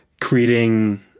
creating